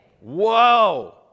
Whoa